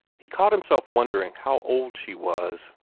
he caught himself wondering how old she was.